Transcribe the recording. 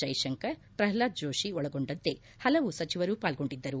ಜೈಶಂಕರ್ ಪ್ರಹ್ಲಾದ್ ಜೋಷಿ ಒಳಗೊಂಡಂತೆ ಪಲವು ಸಚಿವರು ಪಾಲ್ಗೊಂಡಿದ್ದರು